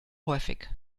häufig